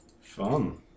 Fun